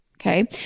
Okay